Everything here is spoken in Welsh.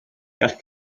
gall